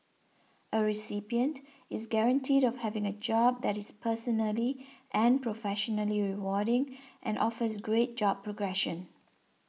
a recipient is guaranteed of having a job that is personally and professionally rewarding and offers great job progression